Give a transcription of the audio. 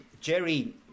Jerry